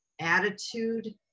attitude